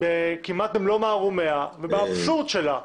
כמעט במלוא מערומיה ובאבסורד שלה,